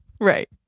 Right